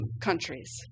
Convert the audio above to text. countries